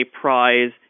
prize